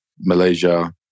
Malaysia